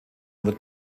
wird